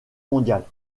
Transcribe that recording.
mondiale